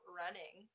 running